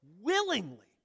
willingly